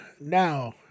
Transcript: now